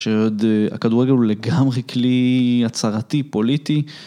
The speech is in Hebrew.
שעוד הכדורגל הוא לגמרי כלי הצהרתי פוליטי.